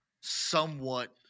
somewhat